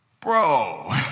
Bro